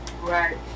Right